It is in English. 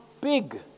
big